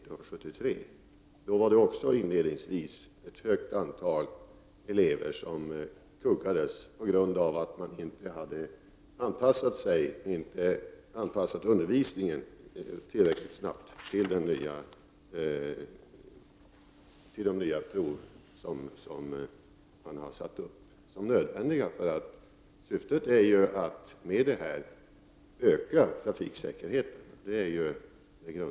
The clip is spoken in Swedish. Också då var det, inledningsvis, ett högt antal elever som kuggades på grund av att undervisningen inte hade anpassats tillräckligt snabbt till det nya provet. Det grundläggande syftet med att ändra körkortsprovet är ju att öka trafiksäkerheten.